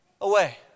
away